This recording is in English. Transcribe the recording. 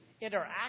interact